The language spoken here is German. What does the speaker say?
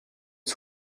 die